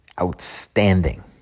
outstanding